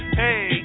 hey